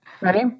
Ready